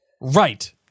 Right